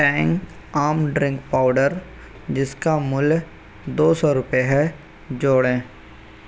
Tang आम drink powder जिसका मूल्य दो सौ रूपये है जोड़ें